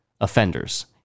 offenders